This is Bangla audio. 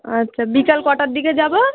আচ্ছা বিকেল কটার দিকে যাব